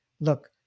look